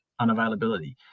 unavailability